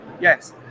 Yes